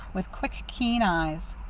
with quick, keen eyes.